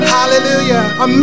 Hallelujah